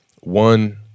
one